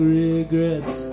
regrets